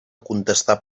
contestar